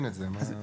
ודאות.